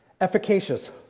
efficacious